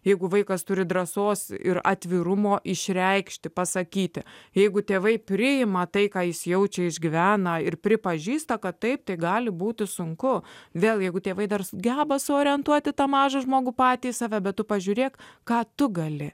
jeigu vaikas turi drąsos ir atvirumo išreikšti pasakyti jeigu tėvai priima tai ką jis jaučia išgyvena ir pripažįsta kad taip tai gali būti sunku vėl jeigu tėvai dar geba suorientuoti tą mažą žmogų patį save bet tu pažiūrėk ką tu gali